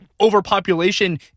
overpopulation